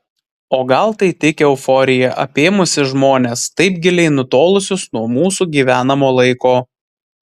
o gal tai tik euforija apėmusi žmones taip giliai nutolusius nuo mūsų gyvenamo laiko